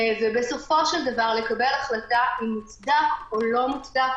ובסופו של דבר לקבל החלטה אם מוצדק או לא מוצדק